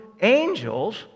angels